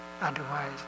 Otherwise